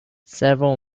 several